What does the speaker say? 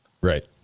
Right